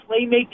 playmaking